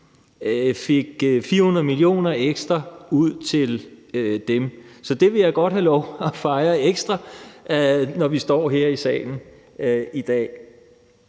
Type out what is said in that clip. fik 400 mio. kr. ekstra ud til dem. Så det vil jeg godt have lov til at fejre ekstra, når vi står her i salen i dag.